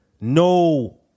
no